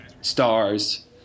stars